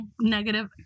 negative